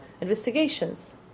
investigations